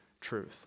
truth